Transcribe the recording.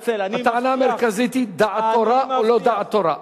הטענה המרכזית היא דעת תורה או לא דעת תורה.